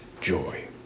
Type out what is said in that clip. joy